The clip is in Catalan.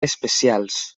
especials